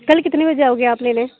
कल्ल कितने बजे आ रहे हो आप लेने